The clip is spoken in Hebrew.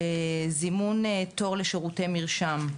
זימון תור לשירותי מרשם,